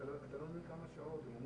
זאת לא ממשלת קורונה.